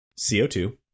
CO2